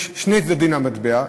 יש שני צדדים למטבע,